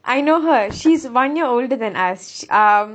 I know her she's one year older than us uh